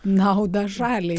naudą šaliai